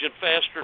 faster